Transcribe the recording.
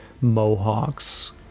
mohawks